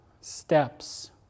steps